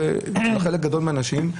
לחלק גדול מהאנשים,